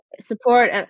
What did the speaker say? Support